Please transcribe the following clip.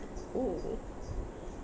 oh